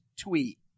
tweet